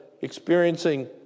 experiencing